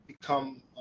become